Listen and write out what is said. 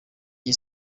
iyi